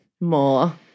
more